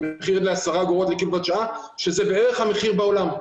המחיר ל-10 אגורות לקילו ואט שעה שזה בערך המחיר בעולם.